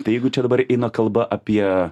tai jeigu čia dabar eina kalba apie